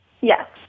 Yes